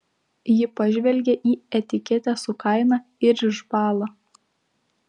ji pažvelgia į etiketę su kaina ir išbąla